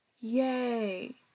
Yay